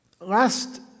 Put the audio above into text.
Last